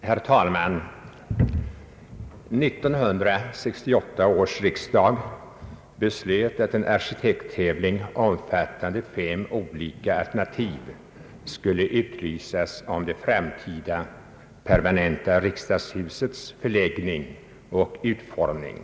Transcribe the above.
Herr talman! 1968 års riksdag beslöt att en arkitekttävling, omfattande fem olika alternativ, skulle utlysas om det framtida permanenta riksdagshusets förläggning och utformning.